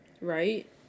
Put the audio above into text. Right